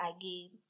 again